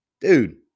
Dude